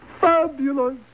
Fabulous